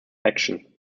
action